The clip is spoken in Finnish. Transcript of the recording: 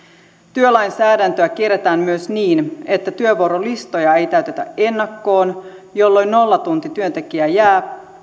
työlainsäädäntöä kierretään myös niin että työvuorolistoja ei täytetä ennakkoon jolloin nollatuntityöntekijä jää